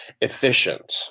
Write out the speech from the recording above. efficient